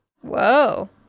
Whoa